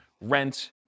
rent